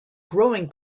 growing